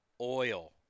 oil